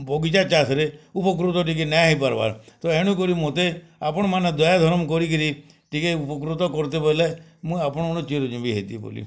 ବଗିଚା ଚାଷ୍ରେ ଉପକୃତ ଟିକେ ନାଇଁ ହେଇପାର୍ବାର୍ ତ ଏଣୁକରି ମତେ ଆପଣମାନେ ମତେ ଦୟା ଧରମ୍ କରିକିରି ଟିକେ ଉପକୃତ କର୍ତେ ବଏଲେ ମୁଇଁ ଆପଣଙ୍କର ଚିରଞ୍ଜିବୀ ହେଇଥିବି ବଏଲି